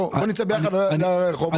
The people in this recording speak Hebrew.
בוא נצא ביחד לרחובות.